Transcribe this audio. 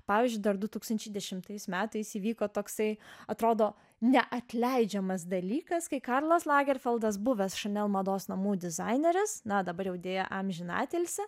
pavyzdžiui dar du tūkstančiai dešimtais metais įvyko toksai atrodo neatleidžiamas dalykas kai karlas lagerfeldas buvęs šanel mados namų dizaineris na dabar jau deja amžiną atilsį